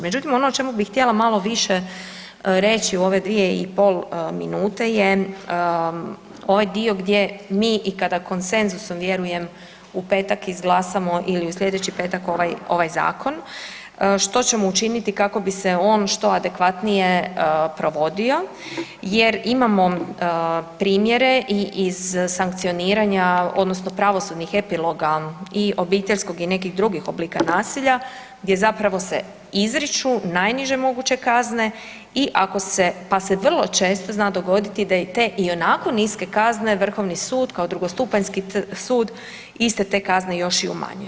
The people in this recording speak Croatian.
Međutim ono o čemu bi htjela malo više reći u ove 2 i pol minute je ovaj dio gdje mi i kada konsenzusom vjerujem u petak izglasamo ili u slijedeći petak ovaj zakon, što ćemo učiniti kako bi se on što adekvatnije provodio jer imamo primjere i iz sankcioniranja odnosno pravosudnih epiloga i obiteljskog i nekih drugih oblika nasilja gdje zapravo se izriču najniže moguće kazne, pa se vrlo često zna dogoditi da i te ionako niske kazne vrhovni sud kao drugostupanjski sud iste te kazne još i umanjuje.